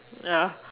ya